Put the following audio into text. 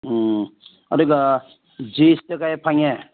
ꯎꯝ ꯑꯗꯨꯒ ꯆꯤꯞꯁꯇ ꯀꯌꯥ ꯐꯪꯉꯦ